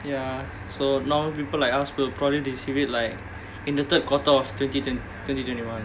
ya so nromal people like us will probably receive it like in the third quarter of twenty twenty twenty twenty one